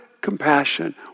compassion